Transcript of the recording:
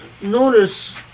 notice